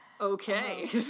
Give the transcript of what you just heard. Okay